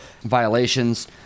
violations